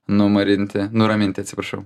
numarinti nuraminti atsiprašau